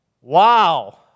Wow